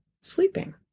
sleeping